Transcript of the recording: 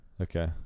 Okay